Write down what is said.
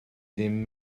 ddim